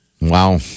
Wow